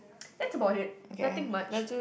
that's about it nothing much